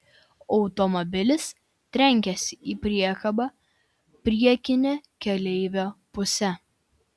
automobilis trenkėsi į priekabą priekine keleivio puse